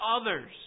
others